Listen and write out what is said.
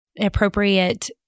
appropriate